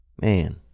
Man